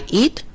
eat